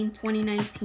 2019